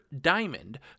Diamond